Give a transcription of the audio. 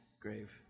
grave